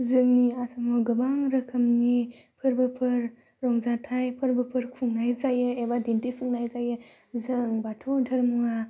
जोंनि आसामाव गोबां रोखोमनि फोरबोफोर रंजाथाइ फोरबोफोर खुंनाय जायो एबा दिन्थिफुंनाय जायो जों बाथौ धोरोमा